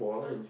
ah